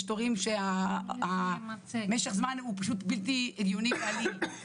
יש תורים שמשך הזמן הוא פשוט בלתי הגיוני בעליל,